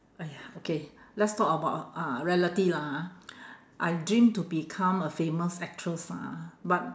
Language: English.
!aiya! okay let's talk about uh reality lah ha I dream to become a famous actress ah but